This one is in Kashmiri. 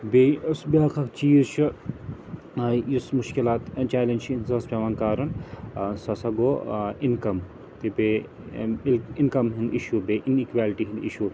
بیٚیہِ ٲس بیٛاکھ اَکھ چیٖز چھُ ٲں یُس مشکلات چیَلینٛج چھِ اِنسانَس پیٚوان کَرُن ٲں سُہ ہَسا گوٚو ٲں اِنکَم تہٕ بیٚیہِ اِنکَم ہنٛدۍ اِشوٗ بیٚیہِ اِن اِکویلٹی ہنٛدۍ اِشوٗ